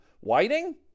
Whiting